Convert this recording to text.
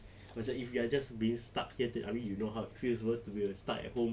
macam if you're just being stuck here I mean you know how it feels [pe] to be stuck at home